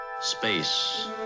Space